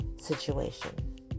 situation